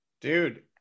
dude